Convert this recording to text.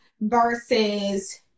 versus